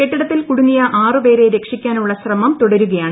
കെട്ടിടത്തിൽ കൂടുങ്ങിയ ആറ് പേരെ രക്ഷിക്കാനുള്ള ശ്രമം തുടരുകയാണ്